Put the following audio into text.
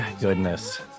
goodness